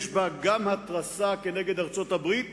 יש בה גם התרסה כנגד ארצות-הברית